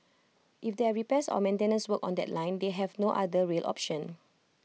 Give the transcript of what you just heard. if there are repairs or maintenance work on that line they have no other rail option